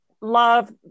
love